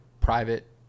private